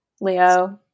Leo